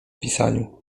pisaniu